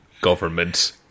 government